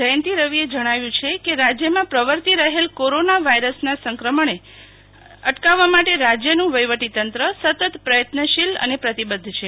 જયતિ રવિએ જણાવ્યું છે કે રાજયમા પ્રવર્તી રહેલ કોરોના વાયરસના સંક્રમણો અટકાવવા માટે રાજયનું વહીવટી તંત્ર સતત પ્રયત્નશોલ અને પ્રતિબધ્ધ છે